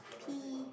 pee